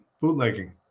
bootlegging